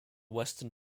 western